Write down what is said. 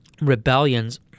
rebellions